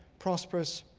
prosperous,